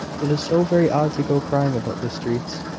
it is so very odd to go crying about the streets!